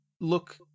look